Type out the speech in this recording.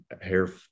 hair